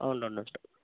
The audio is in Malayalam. ആ ഉണ്ട് ഉണ്ട് ഉണ്ട്